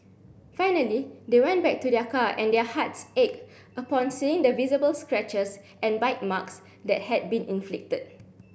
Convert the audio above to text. finally they went back to their car and their hearts ached upon seeing the visible scratches and bite marks that had been inflicted